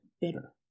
better